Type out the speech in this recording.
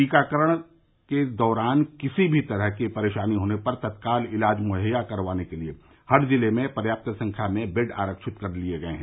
टीका लगाने के दौरान किसी भी तरह की परेशानी होने पर तत्काल इलाज मुहैया करवाने के लिए हर जिले में पर्याप्त संख्या में बेड आरक्षित कर लिये गये हैं